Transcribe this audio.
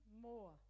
more